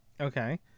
okay